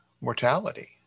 mortality